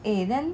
eh then